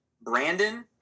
Brandon